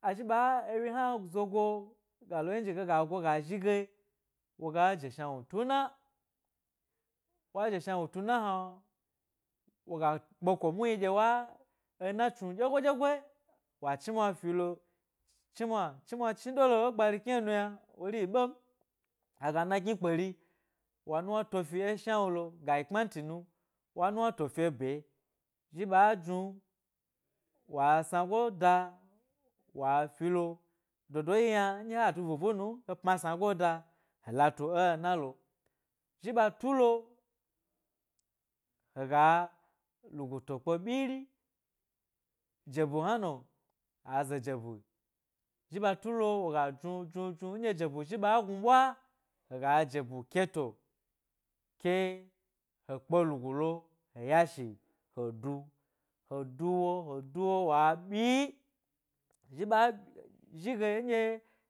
Azhi ɓa ewyi hna zogo, ga ho nji ge ga zhi ge wo ga je shna wnu tima, wa je shna wnu tuna hna wa ga kpe muhni ɗye wa ena tsnu dye goi dyegoi, wa chnimwa filo, cgbunwa chni dolo lo e gbari ekni'o nuyna wori yi ɓem aga ena gni kperi wa nuwn to fi e shna wnu lo ga yi kpmanti nu, wa nuwna fio fyo bye zhi ɓa jnu, wa snago da wa filo, jebu yna, nɗye ha du buba num he pma snago da he la tu e-ena l zhi ɓa tulo hega lugo to kpe byiri jebu hna no aza jeba, zhi ɓa tulo wo ga jnu jnu jnu nɗye jebu zhi ɓa gnu ɓwa, he ga jebu keto, ke he kpe lugu lo, he ya shi he du, he duwo he du wo wa ɓyi, zhi ɓa zhi ge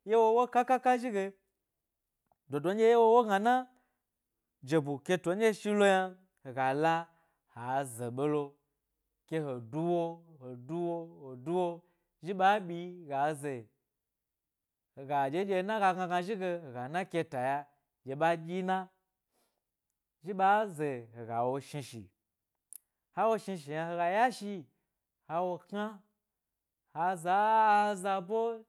ye wo wo kaka zhige ko wo wo gna na, jebu keto nɗye shilo yna hega la, ha ze ɓelo ke he duwo, he duwo he duwo zhi ɓa byi gaze hega ɗye ena ga gna gna zhi ge hega, ena keta ya ɗye ɓa dyi na, zhi ɓa ze hega wo shni shi hea wo hega ya shi ha wo kna ha za za boe